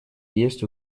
есть